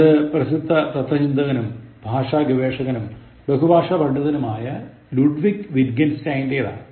ഇത് പ്രസിദ്ധ തത്വചിന്തകനും ഭാഷാ ഗവേഷകനും ബഹുഭാഷാപണ്ഡിതനുമായ ലുട്വിക് വിറ്റ്ഗെൻസ്റ്റ്ഐൻറ്റെതാണ്